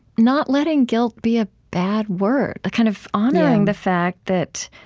not letting guilt be a bad word, ah kind of honoring the fact that